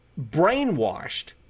brainwashed